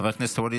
חבר הכנסת ואליד